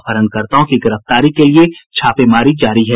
अपहरणकर्ताओं की गिरफ्तारी के लिये छापेमारी जारी है